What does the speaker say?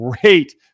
great